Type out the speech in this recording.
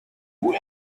who